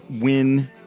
win